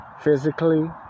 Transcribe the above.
physically